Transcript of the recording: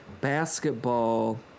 basketball